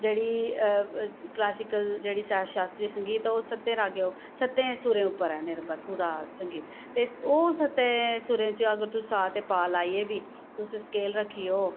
जेह्ड़ी क्लासिकल जेह्ड़ी शास्त्रीय संगीत ओह् सत्तें रागें उप्पर सत्ते सुरें उप्पर ऐ निरभर ओह्दा संगीत ते ओह् सत्तें सुरें च तुस सा ते पा लेई बी तुस स्केल रक्खी लैओ